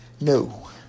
No